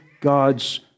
God's